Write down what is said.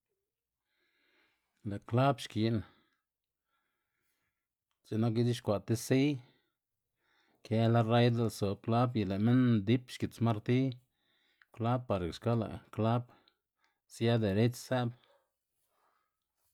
Lë' kwlab xki'n x̱i'k nak ix̱uxkwa' ti siy, këla ray di't sob kwlab y lë minn ndip xgits martiy kwlay para ke xka lë' kwlab sia derech së'b.